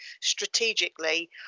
strategically